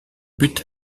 but